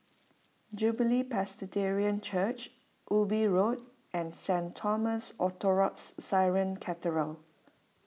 Jubilee Presbyterian Church Ubi Road and Saint Thomas Orthodox Syrian Cathedral